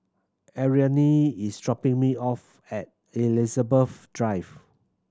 Ariane is dropping me off at Elizabeth Drive